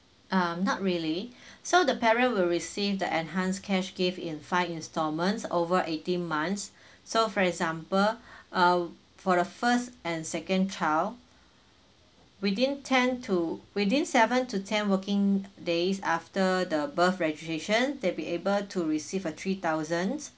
um not really so the parent will receive the enhanced cash gift in five installments over eighteen months so for example um for the first and second child within ten to within seven to ten working days after the birth registration they'll be able to receive a three thousand